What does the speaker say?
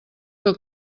que